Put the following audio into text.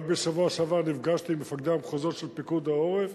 רק בשבוע שעבר נפגשתי עם מפקדי המחוזות של פיקוד העורף.